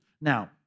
now